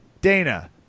Dana